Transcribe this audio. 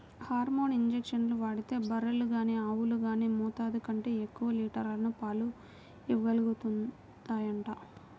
hormone ఇంజక్షన్లు వాడితే బర్రెలు గానీ ఆవులు గానీ మోతాదు కంటే ఎక్కువ లీటర్ల పాలు ఇవ్వగలుగుతాయంట